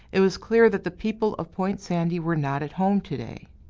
it was clear that the people of point sandy were not at home, to-day.